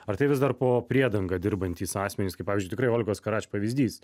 ar tai vis dar po priedanga dirbantys asmenys kaip pavyzdžiui tikrai olgos karač pavyzdys